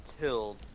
killed